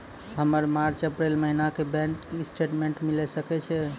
हमर March April महीना के बैंक स्टेटमेंट मिले सकय छै?